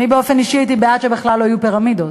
אני באופן אישי הייתי בעד שבכלל לא יהיו פירמידות,